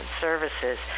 services